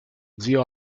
zio